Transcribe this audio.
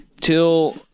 Till